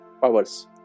powers